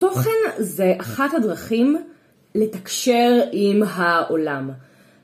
תוכן זה אחת הדרכים לתקשר עם העולם.